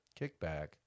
kickback